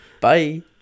Bye